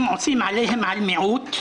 אתם עושים עליהום על מיעוט,